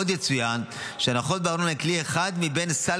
עוד יצוין שהנחות בארנונה הן כלי אחד מבין סל